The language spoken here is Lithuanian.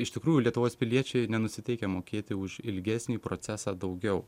iš tikrųjų lietuvos piliečiai nenusiteikę mokėti už ilgesnį procesą daugiau